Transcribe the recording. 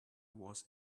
was